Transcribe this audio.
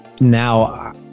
now